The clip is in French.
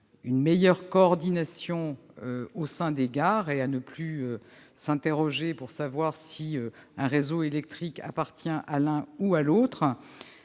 une meilleure coordination au sein des gares et à ne plus s'interroger pour savoir si un réseau électrique appartient à l'une ou l'autre